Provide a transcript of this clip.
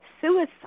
suicide